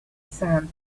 sand